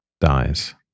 dies